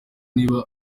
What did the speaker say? niba